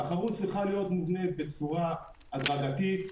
תחרות צריכה להיות מובנית בצורה הדרגתית,